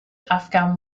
afghan